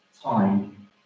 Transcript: time